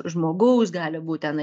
žmogaus gali būt ten